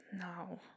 No